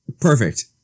Perfect